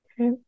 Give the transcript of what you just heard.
Okay